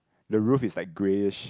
the roof is like greyish